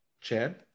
Chad